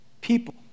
People